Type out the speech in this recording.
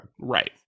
Right